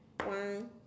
one